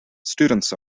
students